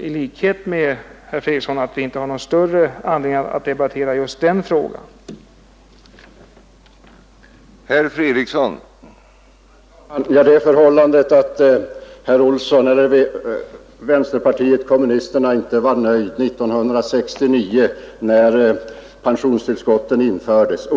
I likhet med herr Fredriksson tycker jag att vi inte har någon större anledning att debattera just den frågan nu.